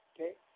Okay